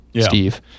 Steve